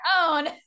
own